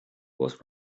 was